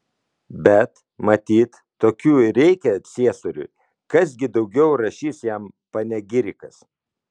bet matyt tokių ir reikia ciesoriui kas gi daugiau rašys jam panegirikas